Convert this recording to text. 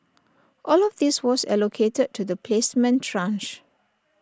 all of this was allocated to the placement tranche